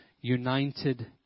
united